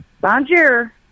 Bonjour